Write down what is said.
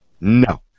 No